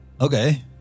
Okay